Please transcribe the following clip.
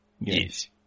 Yes